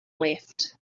left